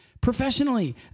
professionally